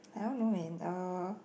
I don't know man uh